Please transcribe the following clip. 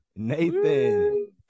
Nathan